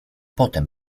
potem